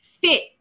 fit